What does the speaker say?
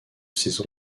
ses